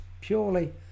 purely